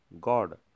God